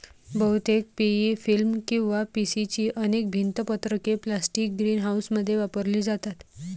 बहुतेक PE film किंवा PC ची अनेक भिंत पत्रके प्लास्टिक ग्रीनहाऊसमध्ये वापरली जातात